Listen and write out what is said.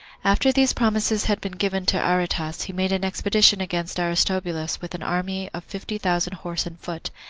after these promises had been given to aretas, he made an expedition against aristobulus with an army of fifty thousand horse and foot,